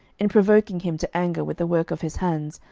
in provoking him to anger with the work of his hands,